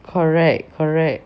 correct correct